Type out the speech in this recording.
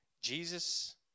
Jesus